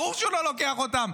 ברור שהוא לא לוקח אותם,